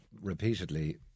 repeatedly